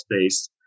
space